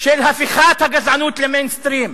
של הפיכת הגזענות ל"מיינסטרים",